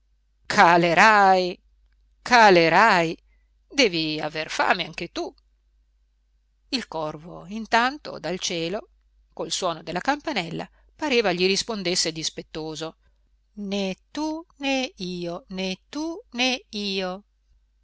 calerai calerai devi aver fame anche tu il corvo intanto dal cielo col suono della campanella pareva gli rispondesse dispettoso né tu né io né tu né io